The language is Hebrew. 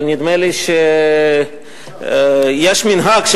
אבל נדמה לי שיש מנהג,